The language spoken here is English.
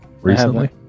Recently